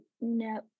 no